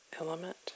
element